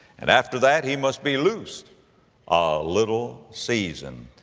and after that he must be loosed a little season.